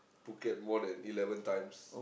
Phuket more than eleven times